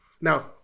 Now